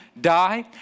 die